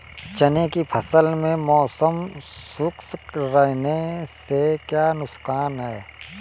चने की फसल में मौसम शुष्क रहने से क्या नुकसान है?